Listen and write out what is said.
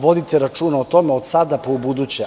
Vodite računa o tome, od sada pa ubuduće.